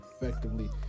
effectively